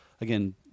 again